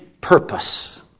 purpose